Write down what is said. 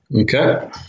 Okay